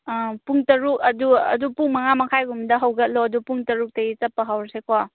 ꯑꯥ ꯄꯨꯡ ꯇꯔꯨꯛ ꯑꯗꯨ ꯄꯨꯡ ꯃꯉꯥ ꯃꯈꯥꯏꯒꯨꯝꯕꯗ ꯍꯧꯒꯠꯂꯣ ꯑꯗꯨꯒ ꯄꯨꯡ ꯇꯔꯨꯛꯇꯒꯤ ꯆꯠꯄ ꯍꯧꯔꯁꯦꯀꯣ